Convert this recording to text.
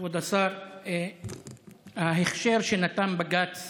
כבוד השר, ההכשר שנתן בג"ץ